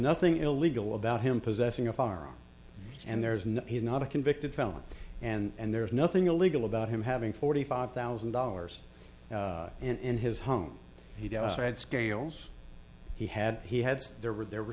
nothing illegal about him possessing a firearm and there's no he's not a convicted felon and there's nothing illegal about him having forty five thousand dollars in his home he had scales he had he had there were there were